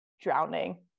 drowning